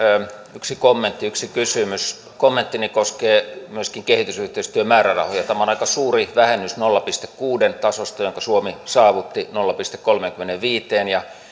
yksi kommentti yksi kysymys kommenttini koskee myöskin kehitysyhteistyömäärärahoja tämä on aika suuri vähennys nolla pilkku kuuden tasosta jonka suomi saavutti nolla pilkku kolmeenkymmeneenviiteen ja